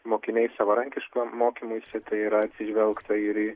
mokiniai savarankiškam mokymuisi tai yra atsižvelgta ir į